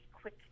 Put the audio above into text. quick